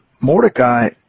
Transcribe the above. Mordecai